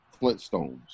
Flintstones